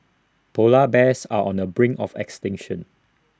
Polar Bears are on the brink of extinction